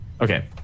Okay